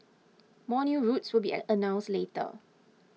more new routes will be announced later